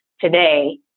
today